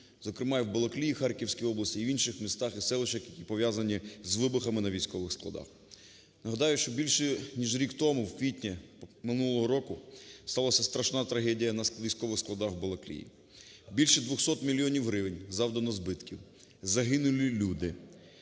зокрема і в Балаклеї Харківської області, і в інших містах і селищах, які пов'язані з вибухами на військових складах. Нагадаю, що більше ніж рік тому в квітні минулого року сталася страшна трагедія на військових складах в Балаклеї. Більше 200 мільйонів гривень завдано збитків, загинули люди.